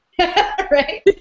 Right